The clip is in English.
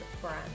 brand